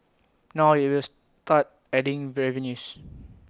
now IT will start adding revenues